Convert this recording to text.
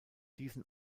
diesen